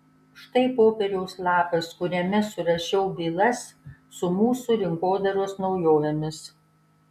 štai popieriaus lapas kuriame surašiau bylas su mūsų rinkodaros naujovėmis